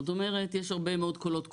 זאת אומרת, יש הרבה מאוד קולות קוראים,